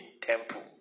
temple